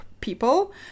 people